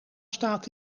staat